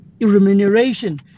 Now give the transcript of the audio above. remuneration